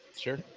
Sure